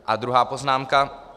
A druhá poznámka.